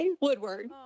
woodward